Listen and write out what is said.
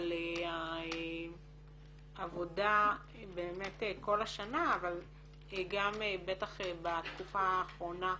על העבודה כל השנה אבל גם בטח בתקופה האחרונה.